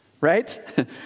right